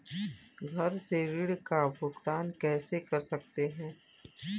घर से ऋण का भुगतान कैसे कर सकते हैं?